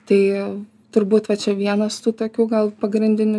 tai turbūt va čia vienas tų tokių gal pagrindinių